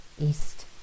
east